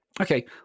okay